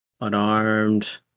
Unarmed